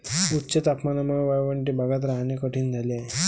उच्च तापमानामुळे वाळवंटी भागात राहणे कठीण झाले आहे